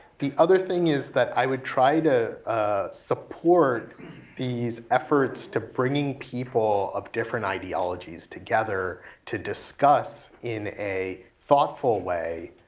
the other thing is that i would try to support these efforts of bringing people of different ideologies together to discuss in a thoughtful way,